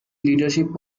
leadership